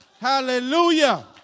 hallelujah